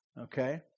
Okay